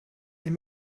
est